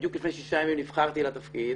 בדיוק לפני שישה ימים נבחרתי לתפקיד.